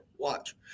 watch